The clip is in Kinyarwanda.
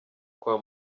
kwa